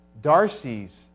Darcy's